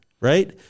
right